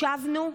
ישבנו,